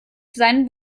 seinen